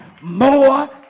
more